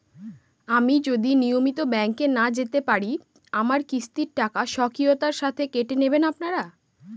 আমি যদি নিয়মিত ব্যংকে না যেতে পারি আমার কিস্তির টাকা স্বকীয়তার সাথে কেটে নেবেন আপনারা?